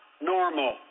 normal